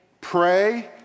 Pray